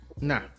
Nah